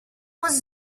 was